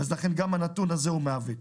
לכן הנתון הזה מעוות.